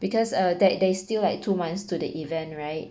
because uh there there is still like two months to the event right